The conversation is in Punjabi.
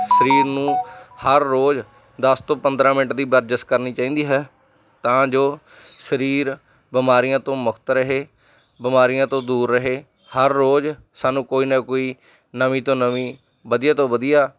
ਸਰੀਰ ਨੂੰ ਹਰ ਰੋਜ਼ ਦਸ ਤੋਂ ਪੰਦਰ੍ਹਾਂ ਮਿੰਟ ਦੀ ਵਰਜਿਸ਼ ਕਰਨੀ ਚਾਹੀਦੀ ਹੈ ਤਾਂ ਜੋ ਸਰੀਰ ਬਿਮਾਰੀਆਂ ਤੋਂ ਮੁਕਤ ਰਹੇ ਬਿਮਾਰੀਆਂ ਤੋਂ ਦੂਰ ਰਹੇ ਹਰ ਰੋਜ਼ ਸਾਨੂੰ ਕੋਈ ਨਾ ਕੋਈ ਨਵੀਂ ਤੋਂ ਨਵੀਂ ਵਧੀਆ ਤੋਂ ਵਧੀਆ